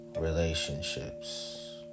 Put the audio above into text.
relationships